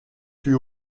fut